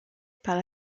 par